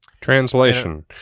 Translation